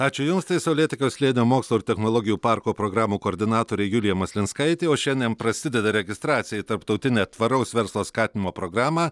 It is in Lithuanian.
ačiū jums tai saulėtekio slėnio mokslo ir technologijų parko programų koordinatorė julija maslinskaitė o šiandien prasideda registracija į tarptautinę tvaraus verslo skatinimo programą